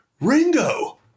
Ringo